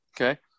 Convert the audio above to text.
okay